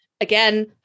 Again